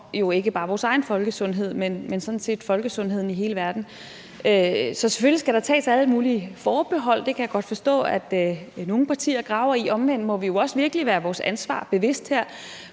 jo ikke bare vores egen folkesundhed, men sådan set folkesundheden i hele verden. Så selvfølgelig skal der tages alle mulige forbehold, og det kan jeg godt forstå nogle partier graver i. Men omvendt må vi også virkelig være vores ansvar bevidst her,